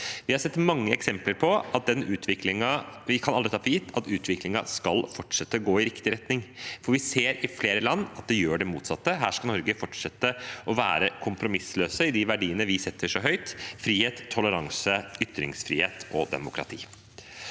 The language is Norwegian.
ta for gitt at den utviklingen skal fortsette å gå i riktig retning, for vi ser i flere land at den gjør det motsatte. Her skal Norge fortsette å være kompromissløse i de verdiene vi setter så høyt: frihet, toleranse, ytringsfrihet og demokrati.